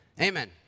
Amen